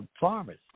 farmers